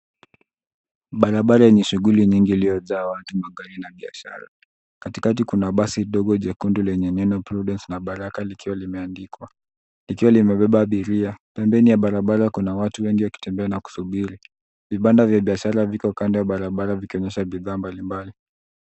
Barabara yenye shughuli nyingi iliyojaa watu magari na biashara. Katikati kuna basi ndogo jekundu, lenye neno prudence na baraka likiwa limeandikwa. Likiwa limebeba abiria .pembeni ya barabara kuna watu wengi wakitembea na kusubiri, vibanda vya biashara viko kando ya barabara, vikionyesha bidhaa mbali mbali.